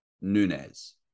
Nunez